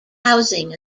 housing